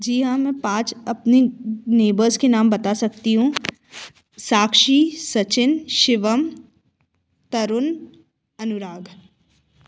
जी हाँ मैं पाँच अपने नेबर्स के नाम बता सकती हूँ साक्षी सचिन शिवम तरुण अगुराग